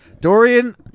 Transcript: Dorian